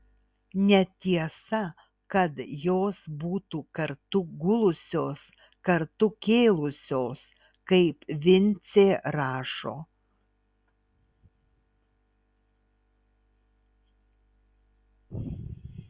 netiesa kad jos būtų kartu gulusios kartu kėlusios kaip vincė rašo